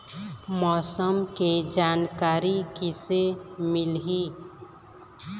मौसम के जानकारी किसे मिलही?